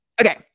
Okay